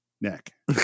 neck